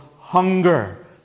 hunger